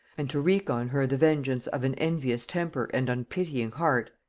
and to wreak on her the vengeance of an envious temper and unpitying heart,